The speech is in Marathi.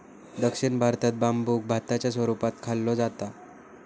दक्षिण भारतात बांबुक भाताच्या स्वरूपात खाल्लो जाता